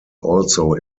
also